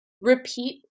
repeat